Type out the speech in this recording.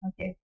Okay